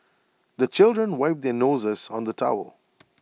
the children wipe their noses on the towel